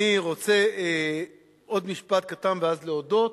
אני רוצה עוד משפט קטן ואז להודות.